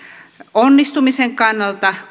onnistumisen kannalta